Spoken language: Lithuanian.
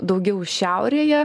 daugiau šiaurėje